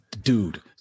dude